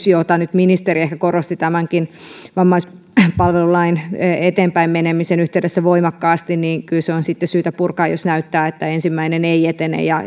jota ministeri nyt korosti tämän vammaispalvelulain eteenpäin menemisen yhteydessä voimakkaasti on sitten syytä purkaa jos näyttää että ensimmäinen ei etene ja